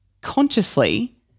consciously